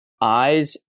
eyes